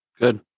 Good